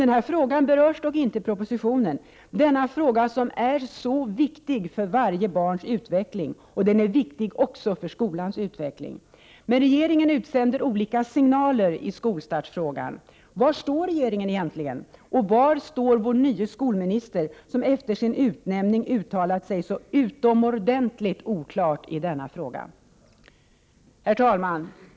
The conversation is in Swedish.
Denna fråga berörs dock inte i propositionen, denna fråga som är så viktig för varje barns utveckling. Den är viktig också för skolans utveckling. Regeringen utsänder olika signaler i skolstartsfrågan. Var står regeringen egentligen? Och var står vår nye skolminister, som efter sin utnämning uttalat sig så utomordentligt oklart i denna fråga? Herr talman!